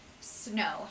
Snow